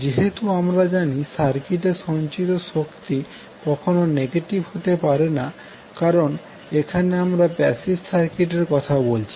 যেহেতু আমরা জানি সার্কিটে সঞ্চিত শক্তি কখনো নেগেটিভ হতে পারে না কারণ এখানে আমরা প্যাসিভ সার্কিটের কথা বলছি